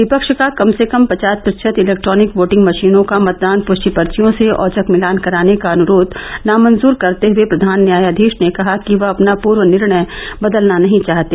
विपक्ष का कम से कम पचास प्रतिशत इलैक्ट्रॉनिक वोटिंग मशीनों का मतदान पुष्टि पर्चियों से औचक मिलान करने का अनुरोध नामंजूर करते हुए प्रधान न्यायाधीश ने कहा कि वह अपना पूर्व निर्णय बदलना नहीं चाहते